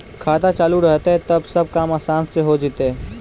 खाता चालु रहतैय तब सब काम आसान से हो जैतैय?